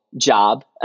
job